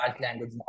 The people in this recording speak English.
language